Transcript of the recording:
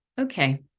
okay